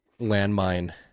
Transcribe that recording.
landmine